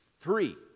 Three